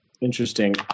Interesting